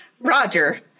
Roger